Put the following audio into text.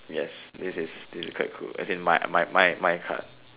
yes this is this is quite cool as in my my my card